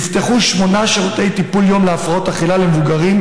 נפתחו שמונה שירותי טיפול יום להפרעות אכילה למבוגרים,